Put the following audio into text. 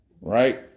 Right